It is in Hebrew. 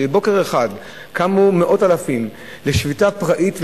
בבוקר אחד קמו לפתע מאות אלפים לשביתה פראית,